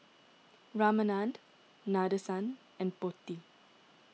Ramanand Nadesan and Potti